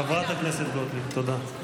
חברת הכנסת גוטליב, תודה.